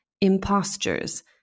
Impostures